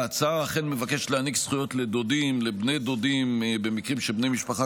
ההצעה אכן מבקשת להעניק זכויות לדודים ולבני הדודים במקרים שבהם בני משפחה